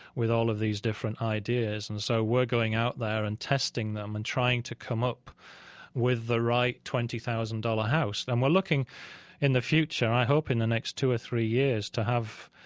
with all of these different ideas. and so we're going out there and testing them and trying to come up with the right twenty thousand dollars house. and we're looking in the future, i hope in the next two or three years, to have,